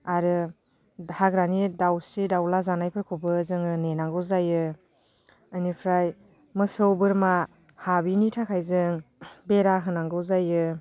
आरो हाग्रानि दाउसिन दाउला जानायफोरखौबो जोङो नेनांगौ जायो इनिफ्राय मोसौ बोरमा हाबिनि थाखाय जों बेरा होनांगौ जायो